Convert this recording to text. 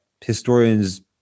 historians